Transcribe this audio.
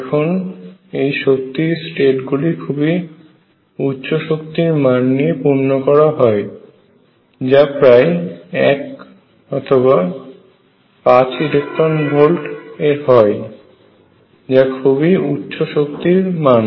এখন এই শক্তির স্টেট গুলি খুবই উচ্চশক্তির মান নিয়ে পূর্ণ করা হয় যা প্রায় 1 অথবা 5 ইলেকট্রন ভোল্ট এ হয় যা খুবই উচ্চ শক্তির মান